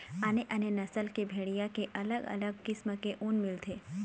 आने आने नसल के भेड़िया के अलग अलग किसम के ऊन मिलथे